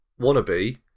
Wannabe